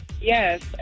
Yes